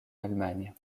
allemagne